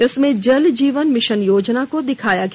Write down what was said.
इसमें जल जीवन मिशन योजना को दिखाया गया